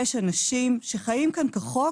יש אנשים שחיים כאן כחוק